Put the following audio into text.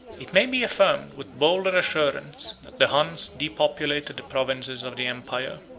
it may be affirmed, with bolder assurance, that the huns depopulated the provinces of the empire,